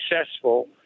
successful